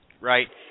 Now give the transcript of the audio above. right